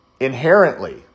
inherently